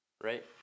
right